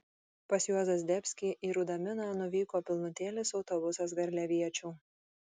pas juozą zdebskį į rudaminą nuvyko pilnutėlis autobusas garliaviečių